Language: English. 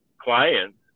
clients